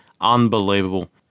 unbelievable